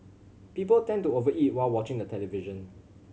people tend to over eat while watching the television